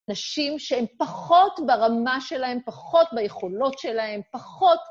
נשים שהן פחות ברמה שלהן, פחות ביכולות שלהן, פחות...